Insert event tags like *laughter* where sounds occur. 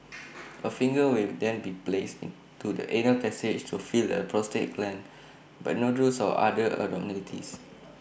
*noise* A finger will then be placed into the anal passage to feel the prostate gland but nodules or other abnormalities